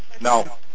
no